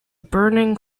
burning